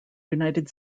united